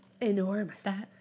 enormous